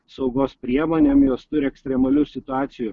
saugos priemonėm jos turi ekstremalių situacijų